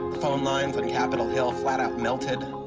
phonelines on capitol hill flat out melted,